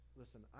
listen